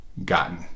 gotten